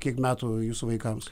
kiek metų jūsų vaikams